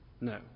no